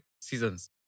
seasons